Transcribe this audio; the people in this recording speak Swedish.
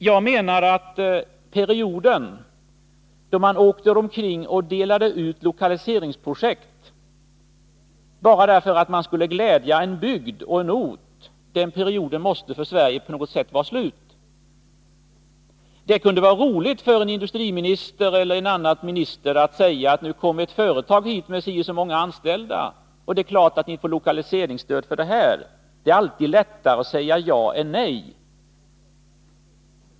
Jag menar att den perioden då man åkte omkring och delade ut lokaliseringsprojekt bara för att man skulle glädja en bygd och en ort måste vara slut. Det kunde vara roligt för en industriminister eller en annan minister att säga så här: Nu kommer ett företag hit med si och så många anställda, det är klart att ni får lokaliseringsstöd för det här. — Det är alltid lättare att säga ja än att säga nej.